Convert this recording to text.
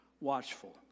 watchful